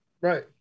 Right